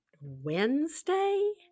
Wednesday